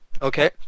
Okay